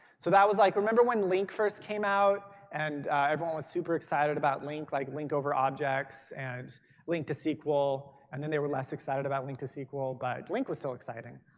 so that was like remember when link first came out and everyone was super excited about link like link over objects and link to sql and then they were less excited about link to sql, but link was so exciting.